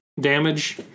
damage